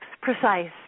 precise